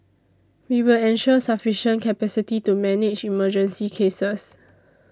we will ensure sufficient capacity to manage emergency cases